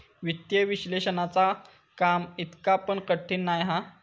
वित्तीय विश्लेषणाचा काम इतका पण कठीण नाय हा